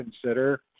consider